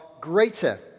greater